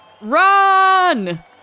run